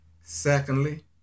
Secondly